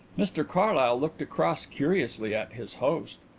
mr carlyle looked across curiously at his host.